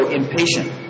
impatient